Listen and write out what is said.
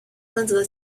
分子